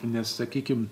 nes sakykim